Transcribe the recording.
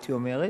הייתי אומרת.